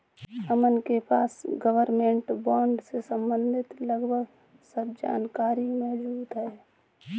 अमन के पास government bond से सम्बंधित लगभग सब जानकारी मौजूद है